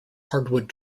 hardwood